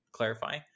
clarify